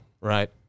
Right